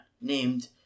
named